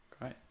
great